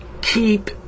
keep